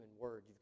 word